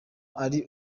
ari